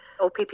OPP